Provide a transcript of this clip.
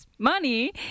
money